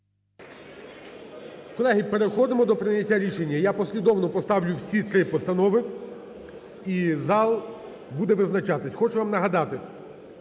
Колеги, переходимо до прийняття рішення. Я послідовно поставлю всі три постанови і зал буде визначатись. Хочу вам нагадати,